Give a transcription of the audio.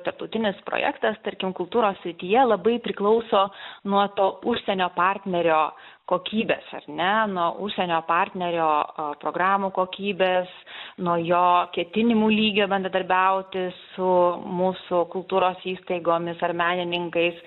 tarptautinis projektas tarkim kultūros srityje labai priklauso nuo to užsienio partnerio kokybės ar ne nuo užsienio partnerio programų kokybės nuo jo ketinimų lygio bendradarbiauti su mūsų kultūros įstaigomis ar menininkais